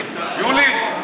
יולי,